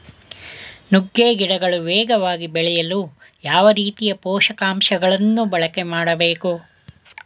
ನುಗ್ಗೆ ಗಿಡಗಳು ವೇಗವಾಗಿ ಬೆಳೆಯಲು ಯಾವ ರೀತಿಯ ಪೋಷಕಾಂಶಗಳನ್ನು ಬಳಕೆ ಮಾಡಬೇಕು?